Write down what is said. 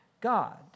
God